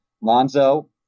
Lonzo